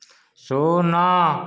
ଶୂନ